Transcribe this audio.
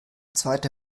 zweite